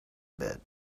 bit